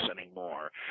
anymore